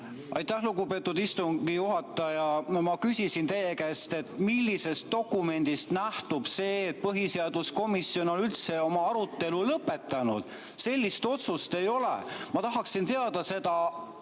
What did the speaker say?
Aitäh, lugupeetud istungi juhataja! Ma küsisin teie käest, millisest dokumendist nähtub see, et põhiseaduskomisjon on üldse oma arutelu lõpetanud. Sellist otsust ei ole. Ma tahaksin teada seda,